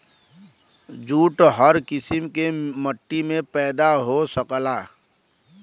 jute हर किसिम के मट्टी में पैदा हो सकला